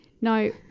No